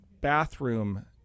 bathroom